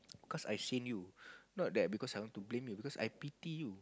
cause I've seen you not that because I want to blame you I pity you